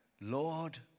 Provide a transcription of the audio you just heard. Lord